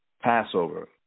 Passover